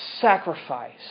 sacrifice